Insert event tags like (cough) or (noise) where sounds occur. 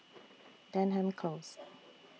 (noise) Denham Close